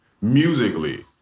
musically